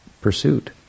pursuit